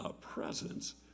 presence